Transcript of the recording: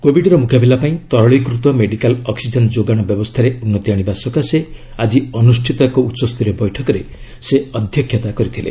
କୋବିଡ୍ର ମୁକାବିଲା ପାଇଁ ତରଳୀକୃତ ମେଡିକାଲ୍ ଅକ୍ସିଜେନ୍ ଯୋଗାଣ ବ୍ୟବସ୍ଥାରେ ଉନ୍ନତି ଆଣିବା ସକାଶେ ଆଜି ଅନୁଷ୍ଠିତ ଏକ ଉଚ୍ଚସ୍ତରୀୟ ବୈଠକରେ ସେ ଅଧ୍ୟକ୍ଷତା କରିଥିଲେ